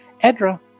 Edra